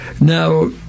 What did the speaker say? now